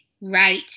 right